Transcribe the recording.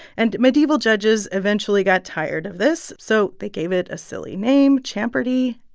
and medieval judges eventually got tired of this, so they gave it a silly name, champerty,